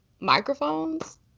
Microphones